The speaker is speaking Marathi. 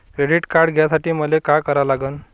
क्रेडिट कार्ड घ्यासाठी मले का करा लागन?